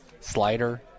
slider